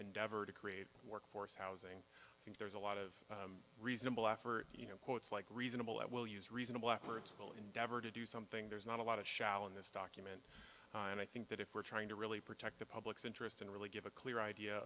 endeavor to create workforce housing think there's a lot of reasonable effort you know quotes like reasonable that will use reasonable efforts will endeavor to do something there's not a lot of shall in this document and i think that if we're trying to really protect the public's interest and really give a clear idea